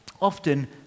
often